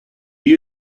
you